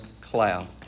cloud